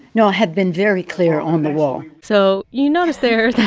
no, i have been very clear on the wall so you notice there that.